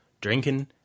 drinking